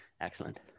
Excellent